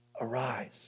arise